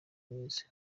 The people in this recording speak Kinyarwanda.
mwiza